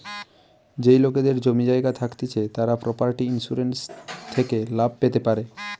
যেই লোকেদের জমি জায়গা থাকতিছে তারা প্রপার্টি ইন্সুরেন্স থেকে লাভ পেতে পারে